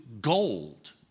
Gold